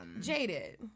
jaded